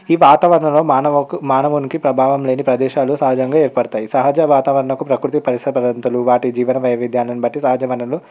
ఈ వాతావరణంలో మానవకు మానవునికి ప్రభావం లేని ప్రదేశాలు సహజంగా ఏర్పడతాయి సహజ వాతావరణకు ప్రకృతి పరిసపదంతలు వాటి జీవన విధానం బట్టి సహజ వనరులు